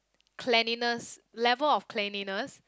cleanliness level of cleanliness